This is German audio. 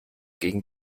gegen